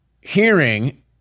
hearing